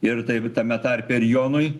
ir taip tame tarpe ir jonui